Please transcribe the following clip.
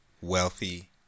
wealthy